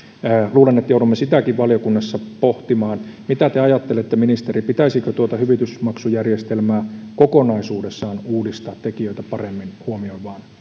luulen että joudumme sitäkin valiokunnassa pohtimaan mitä te ajattelette ministeri pitäisikö tuota hyvitysmaksujärjestelmää kokonaisuudessaan uudistaa tekijöitä paremmin huomioivaan